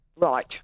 Right